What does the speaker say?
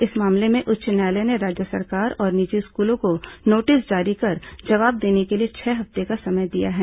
इस मामले में उच्च न्यायालय ने राज्य सरकार और निजी स्कूलों को नोटिस जारी कर जवाब देने के लिए छह हफ्ते का समय दिया है